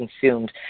consumed